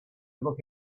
look